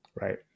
Right